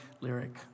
lyric